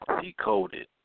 Decoded